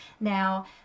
Now